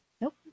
Nope